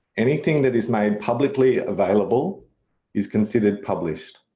anything that is made publicly available is considered published.